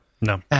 No